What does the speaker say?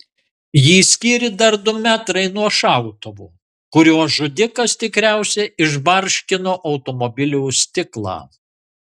jį skyrė dar du metrai nuo šautuvo kuriuo žudikas tikriausiai išbarškino automobilio stiklą